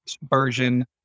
version